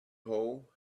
hole